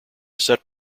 set